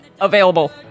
available